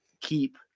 keep